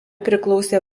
priklausė